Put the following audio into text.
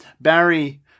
barry